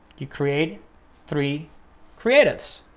you create three creatives